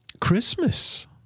Christmas